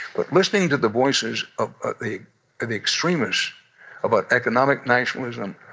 but listening to the voices of the the extremists about economic nationalism,